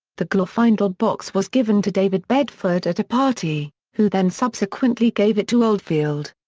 the glorfindel box was given to david bedford at a party, who then subsequently gave it to oldfield.